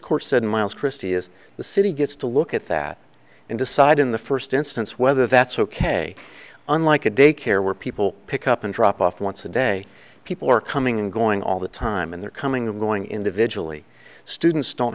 court said miles christi is the city gets to look at that and decide in the first instance whether that's ok unlike a daycare where people pick up and drop off once a day people are coming and going all the time and they're coming and going individually students don't